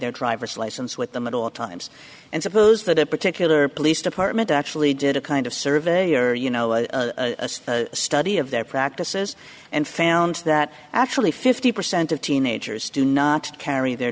their driver's license with the middle of times and suppose that a particular police department actually did a kind of survey or you know a study of their practices and found that actually fifty percent of teenagers do not carry their